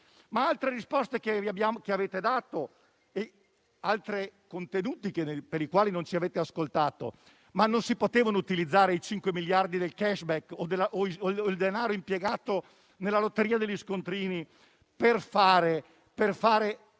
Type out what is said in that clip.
Altre le risposte che avete dato sui cui contenuti non ci avete ascoltato. Non si potevano utilizzare i 5 miliardi del *cashback* o il denaro impiegato nella lotteria degli scontrini per indennizzare